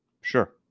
Sure